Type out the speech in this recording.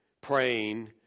praying